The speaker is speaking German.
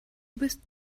bist